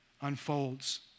unfolds